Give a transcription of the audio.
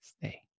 Stay